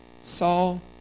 Saul